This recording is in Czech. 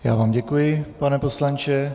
Já vám děkuji, pane poslanče.